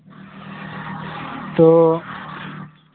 ᱛᱚ